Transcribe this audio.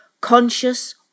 conscious